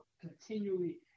continually